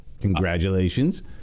Congratulations